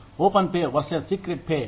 open pay versus secret pay